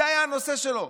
זה היה הנושא שלו,